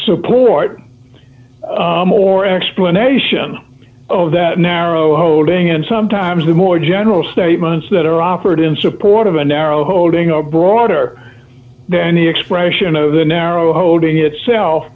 support or explanation of that narrow holding and sometimes the more general statements that are offered in support of a narrow holding are broader than any expression of the narrow holding itself